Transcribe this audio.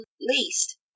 least